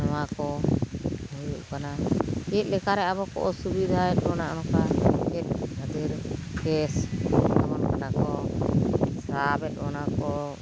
ᱱᱚᱣᱟ ᱠᱚ ᱦᱩᱭᱩᱜ ᱠᱟᱱᱟ ᱪᱮᱫ ᱞᱮᱠᱟ ᱨᱮ ᱟᱵᱚ ᱠᱚ ᱚᱥᱩᱵᱤᱫᱷᱟᱭᱮᱫ ᱵᱚᱱᱟ ᱚᱱᱠᱟ ᱪᱮᱫ ᱠᱷᱟᱹᱛᱤᱨ ᱠᱮᱥ ᱮᱢᱟᱵᱚᱱ ᱠᱟᱱᱟ ᱠᱚ ᱥᱟᱵᱮᱫ ᱵᱚᱱᱟ ᱠᱚ